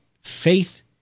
faith